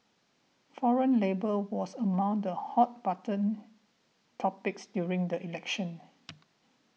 foreign labour was among the hot button topics during the elections